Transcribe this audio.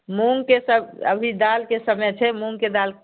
मूँगके अभी दालिके समय छै मूँगके दालि